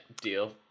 deal